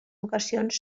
ocasions